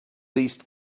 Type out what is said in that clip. least